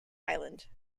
island